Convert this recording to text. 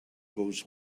goes